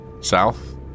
south